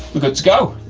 we're good to go.